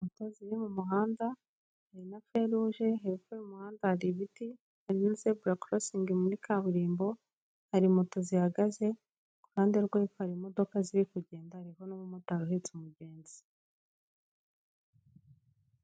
Moto ziri mu muhanda hari na feruje, hepfo y'umuhanda hari ibiti, harimo zebura korosingi muri kaburimbo, hari moto zihagaze, ku ruhande rwo hepfo hari imodoka ziri kugenda, hariho n'umumotari uhetse umugenzi.